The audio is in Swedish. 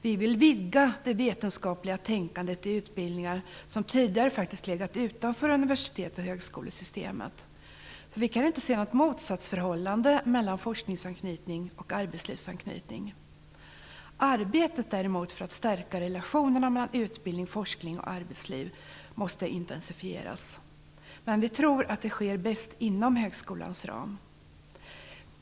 Vi vill vidga det vetenskapliga tänkandet i utbildningar som tidigare faktiskt legat utanför universitet och högskolesystemet. Vi kan inte se ett motsatsförhållande mellan forskaranknytning och arbetslivsanknytning. Arbetet däremot för att stärka relationerna mellan utbildning, forskning och arbetsliv måste intensifieras. Men vi tror att det sker bäst inom högskolans ram.